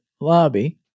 lobby